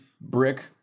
brick